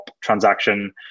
transaction